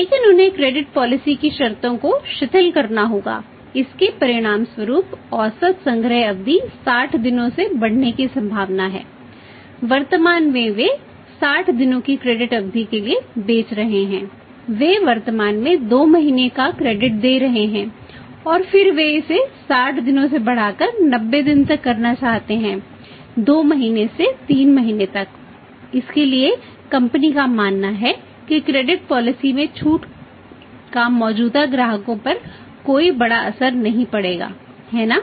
लेकिन उन्हें क्रेडिट में छूट का मौजूदा ग्राहकों पर कोई बड़ा असर नहीं पड़ेगा है ना